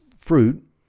fruit